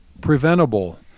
preventable